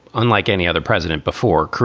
unlike any other president before.